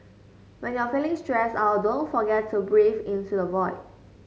when you are feeling stressed out don't forget to breathe into the void